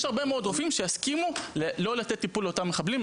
יש הרבה מאוד רופאים שיסכימו לא לתת טיפול לאותם מחבלים,